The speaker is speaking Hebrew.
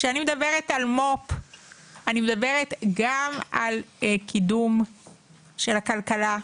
כשאני מדברת על מו"פ אני מדברת גם על קידום של הכלכלה,